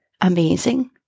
amazing